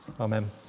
Amen